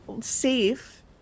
safe